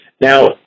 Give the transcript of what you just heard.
Now